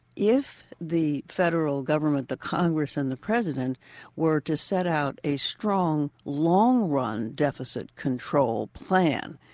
if the federal government, the congress, and the president were to set out a strong, long-run deficit control plan